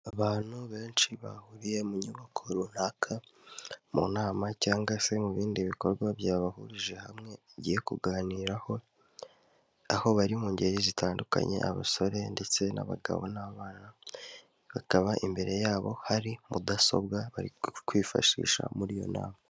Abantu benshi bahuriye mu nyubako runaka mu nama cyangwa se mu bindi bikorwa byabahurije hamwe bagiye kuganiraho, aho bari mu ngeri zitandukanye abasore ndetse n'abagabo n'abana bakaba imbere yabo hari mudasobwa bari kwifashisha muri iyo nama.